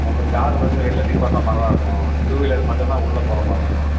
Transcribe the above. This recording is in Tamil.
உங்களுக்கு காரு வந்து வெளில நிப்பாட்டுற மாதிரி தான் இருக்கும் டூ விலர் மட்டும் தான் உள்ளப் போகிற மாதிரி இருக்கும்